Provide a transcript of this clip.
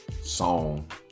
song